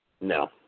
No